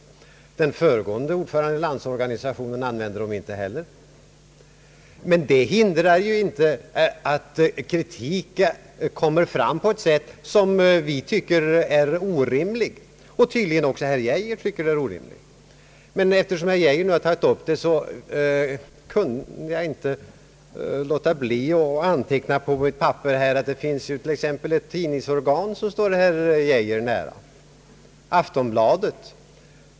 Inte heller de föregående ordförandena i Landsorganisationen använde dem. Men det hindrar inte att kritik kommit fram på ett sätt, som vi tycker är orimligt. Tydligen tycker även herr Geijer att den kritiken är orimlig. Men eftersom herr Geijer tagit upp saken, kunde jag inte låta bli att anteckna på mitt papper här bl.a. att det finns ett tidningsorgan som står herr Geijer nära, Aftonbladet.